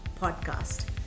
podcast